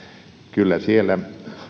kyllä siellä